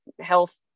health